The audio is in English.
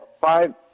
five